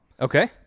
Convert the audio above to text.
Okay